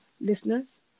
listeners